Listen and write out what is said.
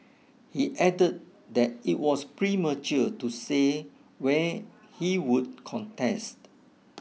he add that it was premature to say where he would contest